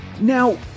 Now